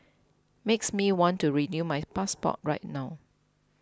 makes me want to renew my passport right now